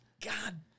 God